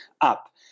up